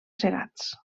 segats